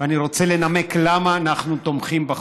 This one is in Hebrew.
ואני רוצה לנמק למה אנחנו תומכים בחוק.